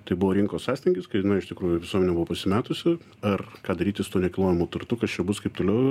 tai buvo rinkos sąstingis kai jinai iš tikrųjų jinai buvo pasimetusi ar ką daryti su tuo nekilnojamu turtu kas čia bus kaip toliau